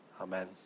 amen